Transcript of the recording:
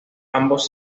ambos